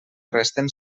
resten